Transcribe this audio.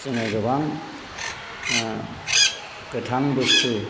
जोङो गोबां गोथां बुस्थु